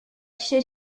should